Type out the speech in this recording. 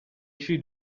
she